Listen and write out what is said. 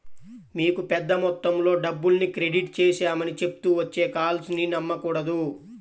మీకు పెద్ద మొత్తంలో డబ్బుల్ని క్రెడిట్ చేశామని చెప్తూ వచ్చే కాల్స్ ని నమ్మకూడదు